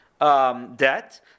debt